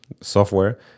software